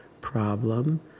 problem